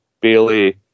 Bailey